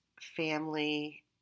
family